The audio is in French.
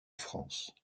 france